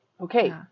Okay